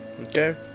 Okay